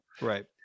Right